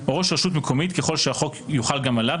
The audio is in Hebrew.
או ראש רשות מקומית ככל שהחוק יוחל גם עליו,